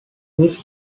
his